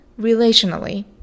relationally